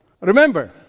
Remember